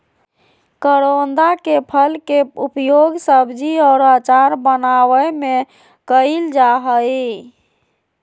करोंदा के फल के उपयोग सब्जी और अचार बनावय में कइल जा हइ